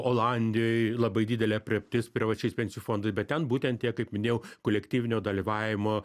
olandijoj labai didelė aprėptis privačiais pensijų fondais bet ten būtent tie kaip minėjau kolektyvinio dalyvavimo